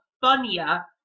funnier